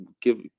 give